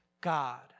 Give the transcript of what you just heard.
God